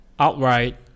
Outright